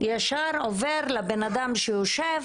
ישר עובר לבן-אדם שיושב,